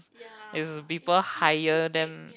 is people hire them